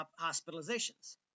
hospitalizations